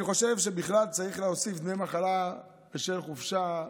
אני חושב שבכלל צריך להוסיף דמי מחלה בשל חופשה,